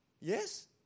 Yes